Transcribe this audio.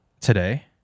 Today